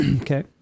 Okay